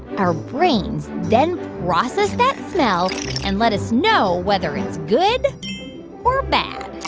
our brains then process that smell and let us know whether it's good or bad